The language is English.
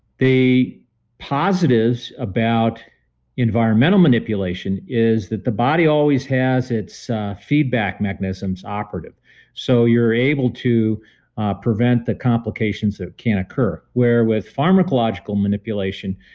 the positives about environmental environmental manipulation is that the body always has its feedback mechanisms operative so you're able to prevent the complications that can occur where with pharmacological manipulation,